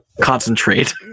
concentrate